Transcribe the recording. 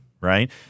right